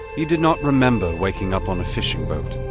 he did not remember waking up on a fishing boat.